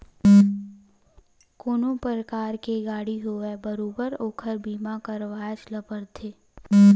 कोनो परकार के गाड़ी होवय बरोबर ओखर बीमा करवायच ल परथे